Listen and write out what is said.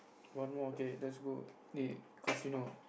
one more okay let's go eh casino